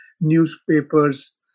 newspapers